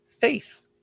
faith